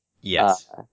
Yes